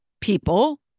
people